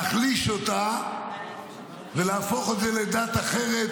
להחליש אותה ולהפוך את זה לדת אחרת,